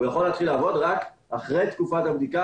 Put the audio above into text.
הוא יכול להתחיל לעבוד רק אחרי תקופת הבדיקה,